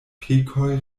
pekoj